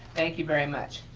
thank you very much.